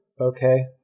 Okay